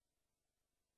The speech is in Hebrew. על האימהות העובדות,